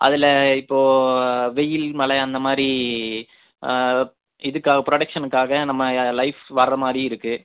அதில் இப்போ வெயில் மழை அந்த மாதிரி இதுக்காக புரொடக்சனுக்காக நம்ம லைஃப் வர்ற மாதிரி இருக்கு